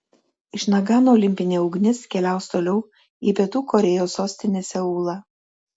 iš nagano olimpinė ugnis keliaus toliau į pietų korėjos sostinę seulą